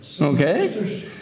Okay